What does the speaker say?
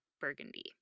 Burgundy